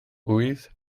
ŵydd